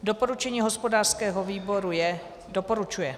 Doporučení hospodářského výboru je: doporučuje.